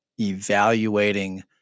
evaluating